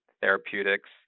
therapeutics